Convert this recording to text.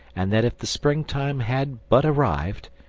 and that if the spring-time had but arrived,